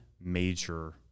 major